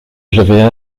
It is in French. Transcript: j’avais